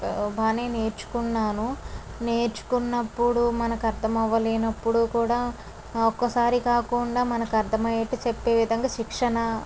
బాగానే నేర్చుకున్నాను నేర్చుకున్నప్పుడు మనకు అర్ధమవ్వలేనప్పుడు కూడా ఒక్కసారి కాకుండా మనకు అర్ధమయ్యేట్టు చెప్పే విధంగా శిక్షణ